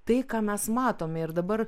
tai ką mes matome ir dabar